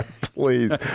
Please